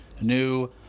new